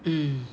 mm